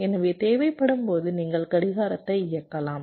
எனவே தேவைப்படும்போது நீங்கள் கடிகாரத்தை இயக்கலாம்